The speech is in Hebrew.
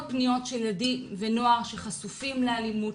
פניות של ילדים ונוער שחשופים לאלימות,